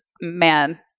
man